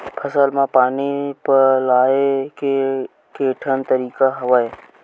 फसल म पानी पलोय के केठन तरीका हवय?